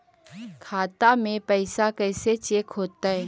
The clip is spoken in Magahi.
खाता में पैसा कैसे चेक हो तै?